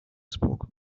spoke